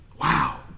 Wow